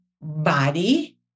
body